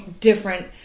different